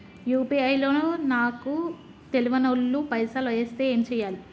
UPI లో నాకు తెల్వనోళ్లు పైసల్ ఎస్తే ఏం చేయాలి?